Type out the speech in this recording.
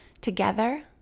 together